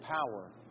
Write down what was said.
power